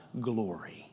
glory